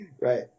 Right